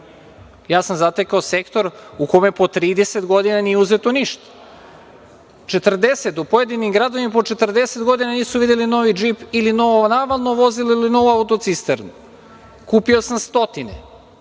sam zatekao Sektor u kome po 30 godina nije uzeto ništa. U pojedinim gradovima po 40 godina nisu videli novi džip ili novo navalno vozilo ili novu auto-cisternu. Kupio sam stotine.